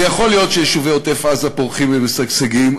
זה יכול להיות שיישובי עוטף-עזה פורחים ומשגשגים,